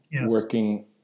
working